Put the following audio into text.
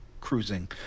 cruising